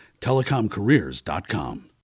TelecomCareers.com